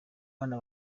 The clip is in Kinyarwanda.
bana